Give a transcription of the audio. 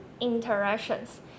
interactions